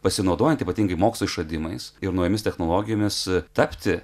pasinaudojant ypatingai mokslo išradimais ir naujomis technologijomis tapti